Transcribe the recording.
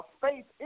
faith